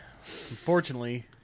unfortunately